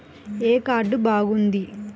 ఏ card బాగుంది?